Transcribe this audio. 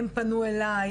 הם פנו אליי,